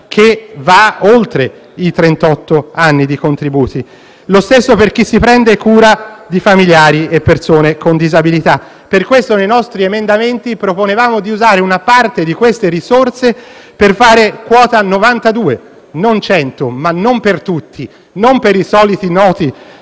che va oltre i trentotto anni di contributi. Lo stesso discorso vale per chi si prende cura di familiari e persone con disabilità. Per questo nei nostri emendamenti proponevano di usare una parte di quelle risorse per fare quota 92, e non 100, ma non per tutti; non per i soliti noti